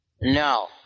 No